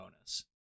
bonus